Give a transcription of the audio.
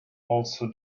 also